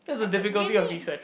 I would really